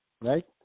right